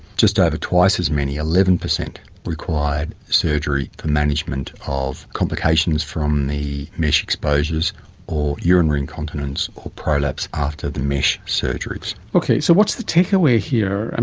just ah over twice as many, eleven percent required surgery for management of complications from the mesh exposures or urinary incontinence or prolapse after the mesh surgeries. okay, so what's the takeaway here?